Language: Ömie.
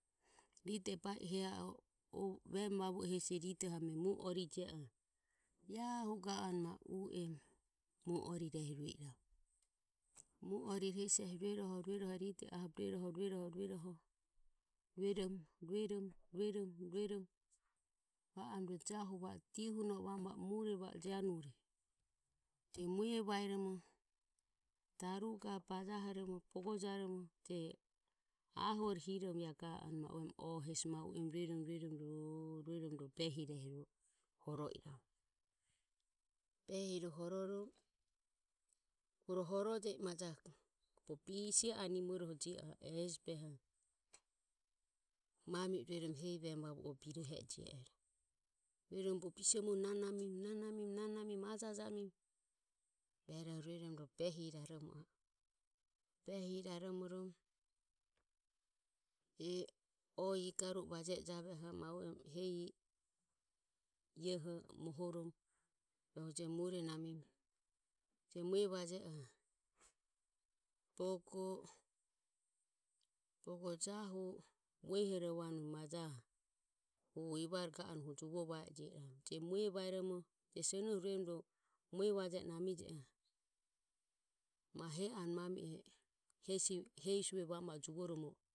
Ride bai i he a e, o vemu vavue hesi ridoho ame mue orire jio iramu ae hu ga anue ma u emu mue orire ehi rue iramu mue ori re hesi e rueroho rueroho ride aho be rue roho rueroho rue roho rueromo rueromo rueromo ro ga anue rue jahu va oromo va dinoe mure va o janu re je mue vaeromo daruge bajahoromo bogo ja voromo je ahure hiromo ai ga anue avuere oho hesi ma uemu rueromo rueromo ro behire horo iramu. Ehi ro horomo ro horo je i majoroho bogo bise are nimoroho je a e hesi behoho hu mami e rueromo hesi vemu vavuoho birohe e jio iramu rueromo bogo bisemuoho nanamiromo nanamiromo ajajamiromo ruerho ro behire behire raromo a e. Behire raromoromo rueroho je oe iae garue va je e javeoho ma uemu hesi iaeho mohoromo rohu je mure namiromo je mue vaje oho bogo jahu vehorovanue majoho hu ever ga anue hu juvo va e jio iramu je mue vaeromo senoho mue va je e nami je oho ma he anue hesi suvue va oromo va juvoromo